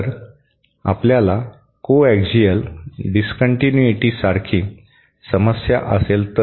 जर आपल्याला को ऍक्सियल डीसकंटिन्यूटीसारखी समस्या असेल तर